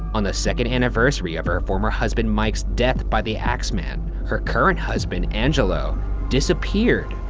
on the second anniversary of her former husband mike's death by the axeman, her current husband angelo disappeared,